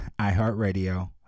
iheartradio